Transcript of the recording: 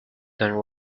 don’t